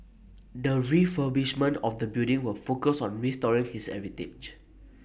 the refurbishment of the building will focus on restoring his heritage